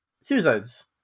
suicides